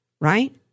Right